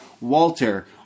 Walter